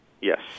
Yes